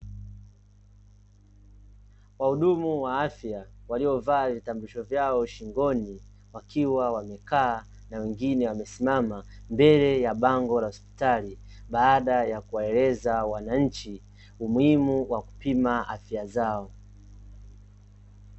Wahudumu wa afya waliovaa vitambulisho vyao shingoni, wakiwa wamekaa na wengine wamesimama mbele ya bango la hospitali baada ya kuwaeleza wananchi umuhimu wa kupima afya zao.